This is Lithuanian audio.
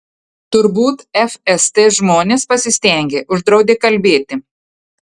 turbūt fst žmonės pasistengė uždraudė kalbėti